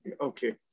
okay